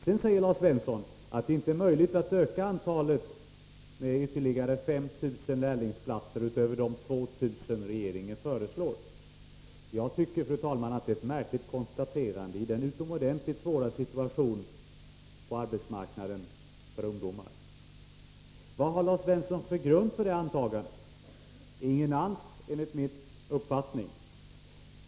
Sedan säger Lars Svensson att det inte är möjligt att öka antalet lärlingsplatser med 5 000 utöver de 2 000 som regeringen föreslår. Jag tycker, fru talman, att detta är ett märkligt konstaterande i den utomordentligt svåra situation som råder på arbetsmarknaden för ungdomarna. Vad har Lars Svensson för grund för detta antagande? Ingen alls, enligt min uppfattning.